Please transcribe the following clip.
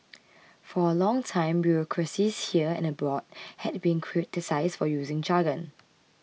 for a long time bureaucracies here and abroad have been criticised for using jargon